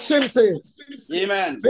Amen